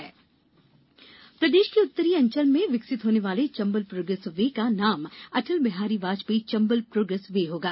Chambal progress way प्रदेश के उत्तरी अंचल में विकसित होने वाले चंबल प्रोग्रेस वे का नाम अटल बिहारी वाजपेई चंबल प्रोग्रेस वे होगा